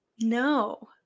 No